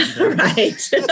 Right